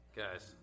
Guys